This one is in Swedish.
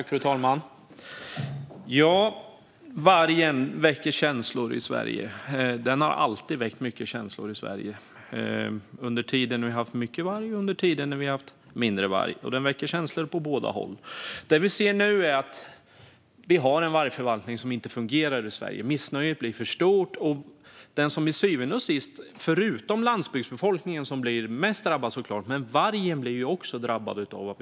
Fru talman! Vargen väcker känslor och har alltid väckt mycket känslor i Sverige, både när vi har haft mycket varg och när vi har haft lite varg. Den väcker känslor åt båda håll. Vargförvaltningen fungerar inte, och då blir missnöjet stort. Det här drabbar inte bara landsbygdsbefolkningen utan till syvende och sist även vargen.